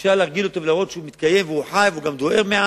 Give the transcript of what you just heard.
אפשר להרגיל אותו ולראות שהוא מתקיים וחי וגם דוהר מעט,